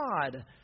God